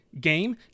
game